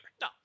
No